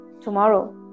tomorrow